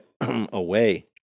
away